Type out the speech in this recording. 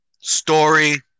story